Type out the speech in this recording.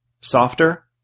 softer